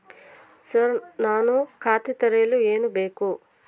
Sir ನಾನು ಖಾತೆ ತೆರೆಯಲು ಏನು ಬೇಕು?